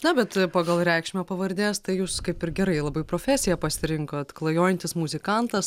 na bet pagal reikšmę pavardės tai jūs kaip ir gerai labai profesiją pasirinkot klajojantis muzikantas